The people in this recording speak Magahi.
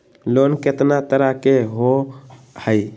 लोन केतना तरह के होअ हई?